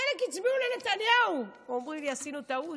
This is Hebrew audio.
חלק הצביעו לנתניהו, ואומרים לי: עשינו טעות,